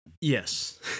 Yes